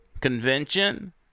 convention